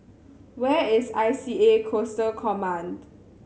where is I C A Coastal Command